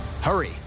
Hurry